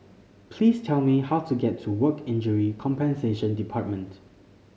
please tell me how to get to Work Injury Compensation Department